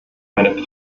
meine